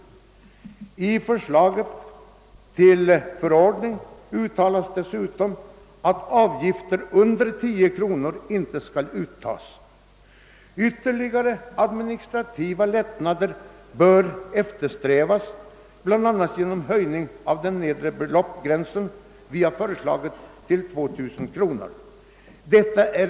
I förslaget till förordning uttalas dessutom, att avgifter under 10 kronor inte skall uttas. Ytterligare administrativa lättnader bör eftersträvas, bl.a. genom höjning av den nedre beloppsgränsen till — enligt mittenpartiernas förslag — 2 000 kronor per år.